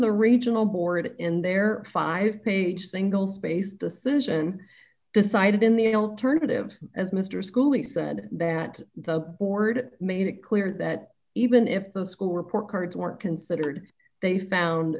the regional board in their five page single spaced decision decided in the alternative as mr schoolie said that the board made it clear that even if the school report cards weren't considered they found